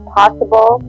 possible